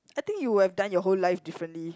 I think you would have done your whole life differently